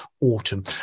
autumn